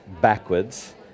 backwards